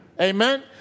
Amen